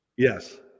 Yes